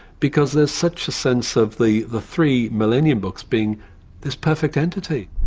because there is such a sense of the the three millennium books being this perfect entity.